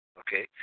okay